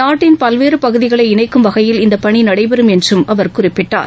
நாட்டின் பல்வேறு பகுதிகளை இணைக்கும் வகையில் இந்த பணி நடைபெறும் என்றும் அவர் குறிப்பிட்டார்